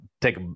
take